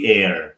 air